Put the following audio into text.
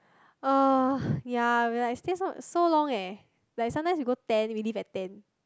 uh ya we like stay so so long eh like sometimes we go ten we leave at ten